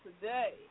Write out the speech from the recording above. today